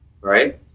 right